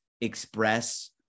express